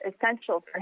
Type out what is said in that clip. essential